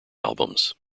albums